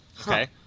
Okay